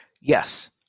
Yes